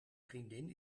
vriendin